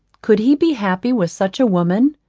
could he be happy with such a woman?